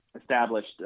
established